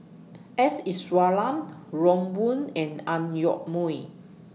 S Iswaran Ron Wong and Ang Yoke Mooi